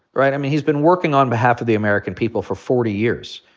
right? i mean, he's been working on behalf of the american people for forty years.